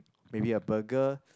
maybe a burger